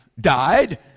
died